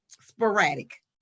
sporadic